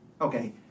Okay